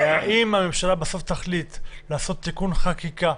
ואם הממשלה בסוף תחליט לעשות תיקון חקיקה,